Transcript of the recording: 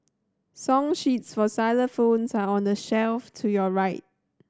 song sheets for xylophones are on the shelf to your right